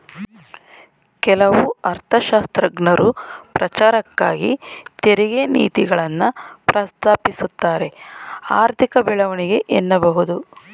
ಕೆಲವು ಅರ್ಥಶಾಸ್ತ್ರಜ್ಞರು ಪ್ರಚಾರಕ್ಕಾಗಿ ತೆರಿಗೆ ನೀತಿಗಳನ್ನ ಪ್ರಸ್ತಾಪಿಸುತ್ತಾರೆಆರ್ಥಿಕ ಬೆಳವಣಿಗೆ ಎನ್ನಬಹುದು